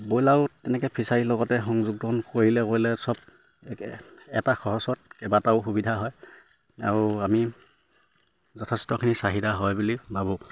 ব্ৰইলাৰো তেনেকে ফিচাৰীৰ লগতে সংযোগ কৰিলে গ'লে চব এটা খৰচত কেইবাটাও সুবিধা হয় আৰু আমি যথেষ্টখিনি চাহিদা হয় বুলি ভাবোঁ